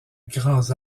grands